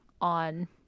on